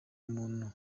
muntu